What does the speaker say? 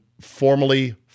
formally